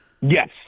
Yes